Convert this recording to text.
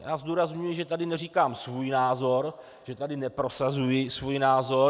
Já zdůrazňuji, že tady neříkám svůj názor, že tady neprosazuji svůj názor.